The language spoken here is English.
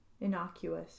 Innocuous